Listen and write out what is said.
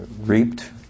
reaped